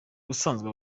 busanzwe